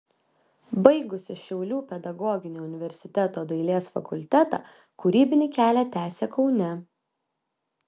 baigusi šiaulių pedagoginio universiteto dailės fakultetą kūrybinį kelią tęsė kaune